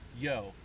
Yo